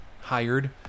hired